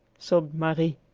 sobbed marie.